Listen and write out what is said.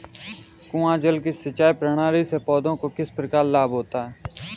कुआँ जल सिंचाई प्रणाली से पौधों को किस प्रकार लाभ होता है?